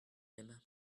même